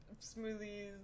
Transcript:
smoothies